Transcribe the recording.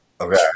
okay